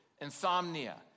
insomnia